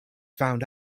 found